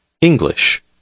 English